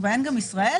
ובהן גם ישראל,